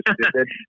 stupid